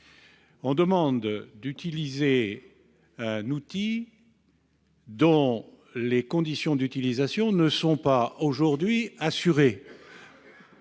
on demande d'utiliser un outil dont les conditions d'utilisation ne sont pas aujourd'hui assurées.